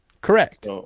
Correct